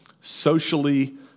socially